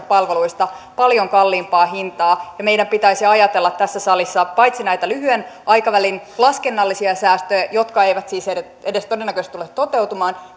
palveluista paljon kalliimpaa hintaa meidän pitäisi ajatella tässä salissa paitsi näitä lyhyen aikavälin laskennallisia säästöjä jotka eivät siis todennäköisesti edes tule toteutumaan